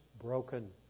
broken